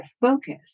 focus